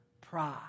Pride